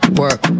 work